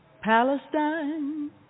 Palestine